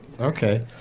Okay